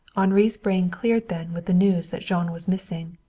henri's brain cleared then with the news that jean was missing.